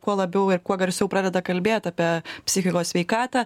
kuo labiau ir kuo garsiau pradeda kalbėt apie psichikos sveikatą